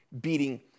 beating